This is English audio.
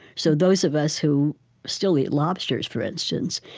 so those of us who still eat lobsters, for instance,